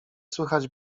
słychać